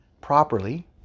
properly